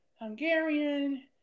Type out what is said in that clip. hungarian